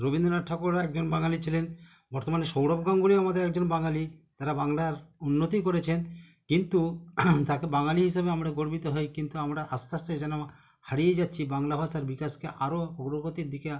রবীন্দ্রনাথ ঠাকুরও একজন বাঙালি ছিলেন বর্তমানে সৌরভ গাঙ্গুলিও আমাদের একজন বাঙালি তারা বাংলার উন্নতি করেছেন কিন্তু তাকে বাঙালি হিসাবে আমরা গর্বিত হয় কিন্তু আমরা আসতে আসতে যেন হারিয়ে যাচ্ছি বাংলা ভাষার বিকাশকে আরো অগ্রগতির দিকে